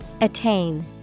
Attain